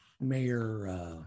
mayor